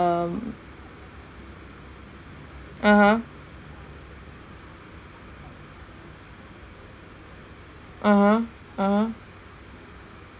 um (uh huh) (uh huh) (uh huh)